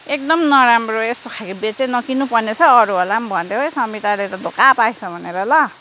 एकदम नराम्रो यस्तो खाले बेड चाहिँ नकिन्नु पर्ने रहेछ अरूहरूलाई पनि भनिदेऊ है समिताले त धोका पाएछ भनेर ल